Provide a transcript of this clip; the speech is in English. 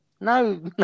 No